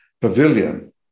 pavilion